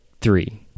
three